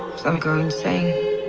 some go insane.